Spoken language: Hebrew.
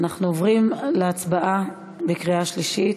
אנחנו עוברים להצבעה בקריאה שלישית.